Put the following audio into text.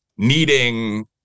needing